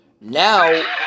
Now